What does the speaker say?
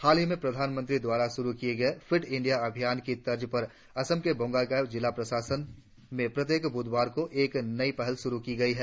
हाल में प्रधानमंत्री द्वारा शुरु किये गए फिट इंडिया अभियान की तर्ज पर असम के बोंगाईगांव जिला प्रशासन में प्रत्येक बुधवार को एक नई पहल शुरु की है